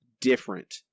different